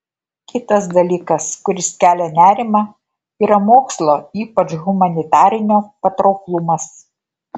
kitas dalykas kuris kelia nerimą yra mokslo ypač humanitarinio patrauklumas